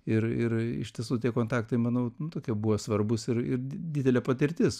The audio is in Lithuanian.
ir ir iš tiesų tie kontaktai manau tokie buvo svarbūs ir ir didelė patirtis